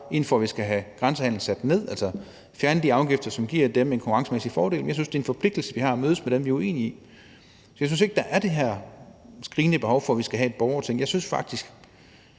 ind for, at vi skal have grænsehandelen bragt ned, altså fjerne de afgifter, som giver dem en konkurrencemæssig fordel. Jeg synes, det er en forpligtelse, vi har, at mødes med dem, vi er uenige med. Så jeg synes ikke, der er det her skrigende behov for, at vi skal have et borgerting. Jeg synes faktisk,